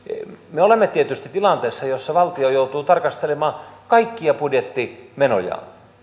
me olemme tietysti tilanteessa jossa valtio joutuu tarkastelemaan kaikkia budjettimenojaan